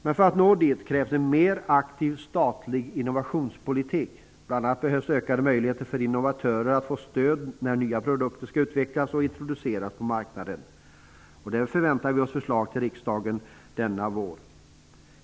För att åstadkomma detta krävs en mer aktiv statlig innovationspolitik. Bl.a. behövs ökade möjligheter för innovatörer att få stöd när nya produkter skall utvecklas och introduceras på marknaden. I det sammanhanget förväntar vi oss förslag från regeringen till riksdagen i vår.